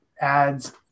ads